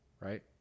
right